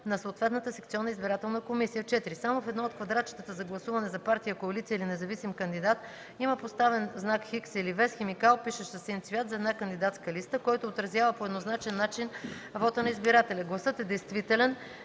на съответната секционна избирателна комисия, 4. само в едно от квадратчетата за гласуване за партия, коалиция или независим кандидат има поставен знак "Х" или „V“ с химикал, пишещ със син цвят, за една кандидатска листа, който изразява по еднозначен начин вота на избирателя; гласът е действителен